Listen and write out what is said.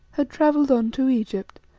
had travelled on to egypt,